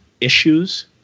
issues